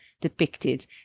depicted